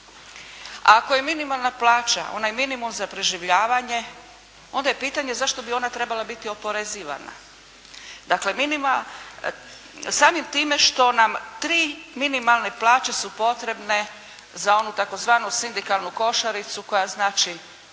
A ako je minimalna plaća onaj minimum za preživljavanje onda je pitanje zašto bi ona trebala biti oporezivana? Zato samim time što nam tri minimalne plaće su potrebne za onu takozvanu sindikalnu košaricu koja znači